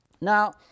Now